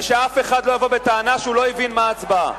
ושאף אחד לא יבוא בטענה שהוא לא הבין מה ההצבעה.